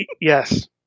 Yes